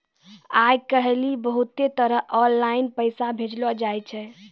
आय काइल बहुते तरह आनलाईन पैसा भेजलो जाय छै